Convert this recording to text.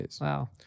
Wow